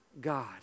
God